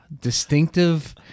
distinctive